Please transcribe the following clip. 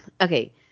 Okay